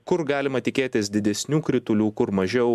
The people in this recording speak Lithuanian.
kur galima tikėtis didesnių kritulių kur mažiau